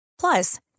Plus